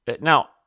Now